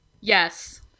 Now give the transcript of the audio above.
Yes